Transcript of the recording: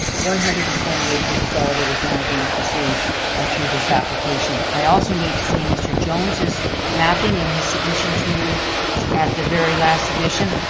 one hundred and twenty acres is all that is now being pursued ah through this application. i also need to say, mr. jones' mapping and his submission to you at the very last submission,